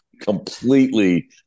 completely